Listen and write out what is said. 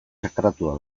sakratua